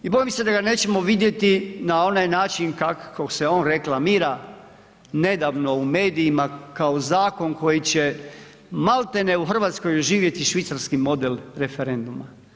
I bojim se da ga nećemo vidjeti na onaj način kako se on reklamira nedavno u medijima kao zakon koji će malte ne u Hrvatskoj oživjeti švicarski model referenduma.